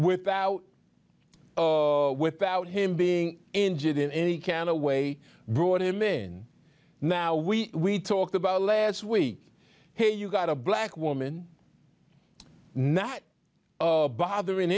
without without him being injured in any can a way brought him in now we talked about last week hey you got a black woman not bothering